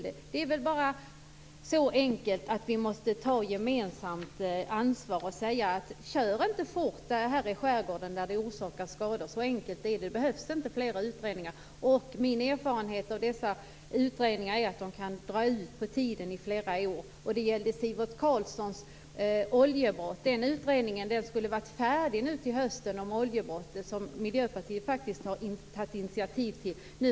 Det är så enkelt att vi måste ta gemensamt ansvar och säga att man inte skall köra fort i skärgården där det orsakar skador. Så enkelt är det. Det behövs inte fler utredningar. Min erfarenhet av dessa utredningar är att de kan dra ut på tiden i flera år. Det gällde Sivert Carlssons utredning om oljebrott. Den utredningen skulle ha varit färdig till hösten. Miljöpartiet har faktiskt tagit initiativ till den utredningen.